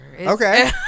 okay